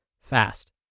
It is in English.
fast